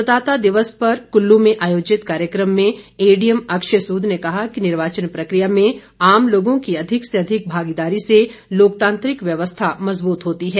मतदाता दिवस पर कुल्लू में आयोजित कार्यक्रम में एडीएम अक्षय सूद ने कहा कि निर्वाचन प्रकिया में आम लोगों की अधिक से अधिक भागीदारी से लोकतांत्रिक व्यवस्था मजबूत होती है